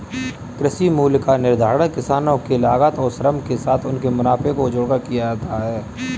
कृषि मूल्य का निर्धारण किसानों के लागत और श्रम के साथ उनके मुनाफे को जोड़कर किया जाता है